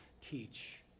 teach